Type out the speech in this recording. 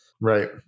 Right